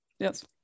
Yes